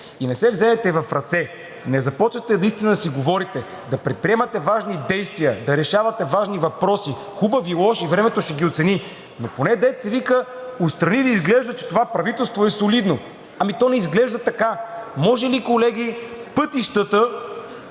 и не се вземете в ръце, не започвате наистина да си говорите, да предприемате важни действия, да решавате важни въпроси – хубави, лоши, времето ще ги оцени, но поне, дето се вика, отстрани да изглежда, че това правителство е солидно. Ами то не изглежда така. Може ли, колеги, пътищата